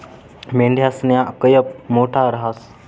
मेंढयासना कयप मोठा रहास